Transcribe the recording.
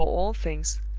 before all things,